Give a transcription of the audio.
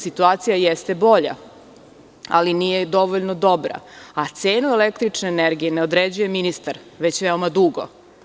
Situacija jeste bolja, ali nije dovoljno dobra, a cenu električne energije ne određuje ministar već veoma dugo.